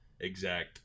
exact